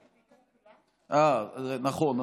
נכון.